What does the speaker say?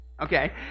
Okay